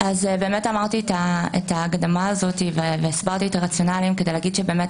אמרתי את ההקדמה הזאת והסברתי את הרציונל כדי להגיד שבאמת